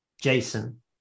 Jason